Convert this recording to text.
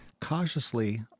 cautiously